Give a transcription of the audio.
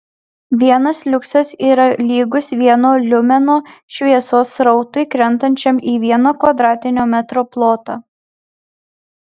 vienas liuksas yra lygus vieno liumeno šviesos srautui krentančiam į vieno kvadratinio metro plotą